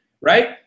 right